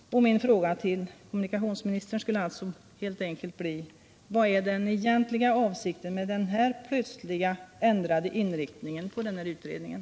Min fråga till kommunikationsministern skulle alltså helt enkelt bli: Vilken är den egentliga avsikten med den plötsligt ändrade inriktningen på den här utredningen?